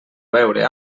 veure